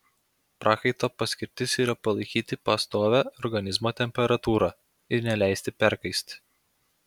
prakaito paskirtis yra palaikyti pastovią organizmo temperatūrą ir neleisti perkaisti